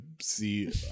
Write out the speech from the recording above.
see